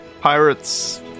pirates